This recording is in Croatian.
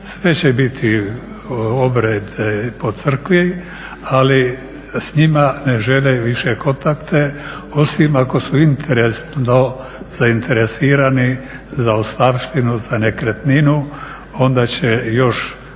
sve će biti obred po crkvi, ali s njima ne žele više kontakte, osim ako su … zainteresirani za ostavštinu, za nekretninu, onda će još